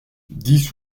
dix